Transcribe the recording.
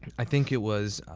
i think it was,